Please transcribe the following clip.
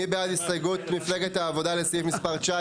מי בעד הסתייגות מפלגת העבודה לסעיף מספר 19?